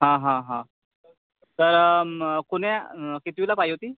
हां हां हां तर कुण्या कितवीला पाहिजे होती